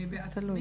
מ"בעצמי"?